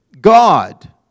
God